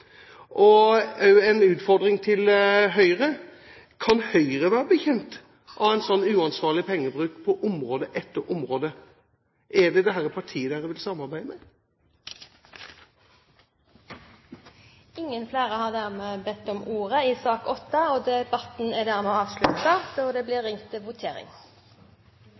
Og også en utfordring til Høyre: Kan Høyre være bekjent av en sånn uansvarlig pengebruk på område etter område? Er dette det partiet dere vil samarbeide med? Flere har ikke bedt om ordet til sak nr. 8. Da er vi klare til å gå til votering.